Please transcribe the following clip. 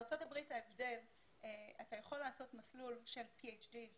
בארצות הברית אתה יכול לעשות מסלול של PHD,